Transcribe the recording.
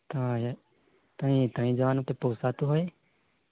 તા ત્યાં ત્યાં જવાનું કંઈ પોસાતું હોય